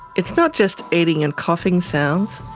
it's not just eating and coughing sounds,